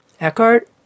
Eckhart